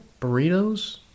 burritos